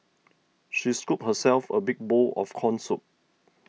she scooped herself a big bowl of Corn Soup